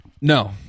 No